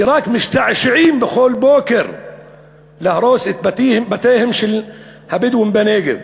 שרק משתעשעים בכל בוקר להרוס את בתיהם של הבדואים בנגב.